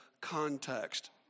context